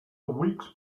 weeks